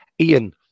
Ian